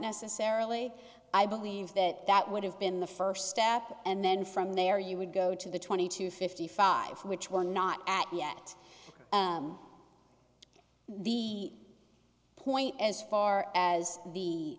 necessarily i believe that that would have been the first step and then from there you would go to the twenty two fifty five which were not at yet the point as far as the